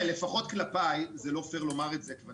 אותו